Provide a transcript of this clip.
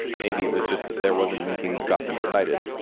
maybe it was just that there wasn't anything that got them excited,